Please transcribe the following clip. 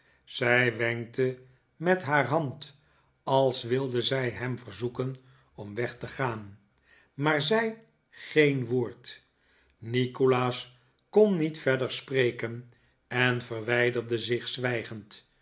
zij wenkte met haar hand als wilde zij hem verzoeken om weg te gaan maar zei geen woord nikolaas kon niet verder spreken en verwijderde zich zwijgend